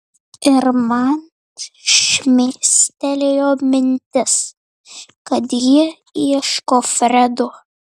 ir man šmėstelėjo mintis kad jie ieško fredo